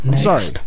Sorry